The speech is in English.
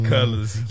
Colors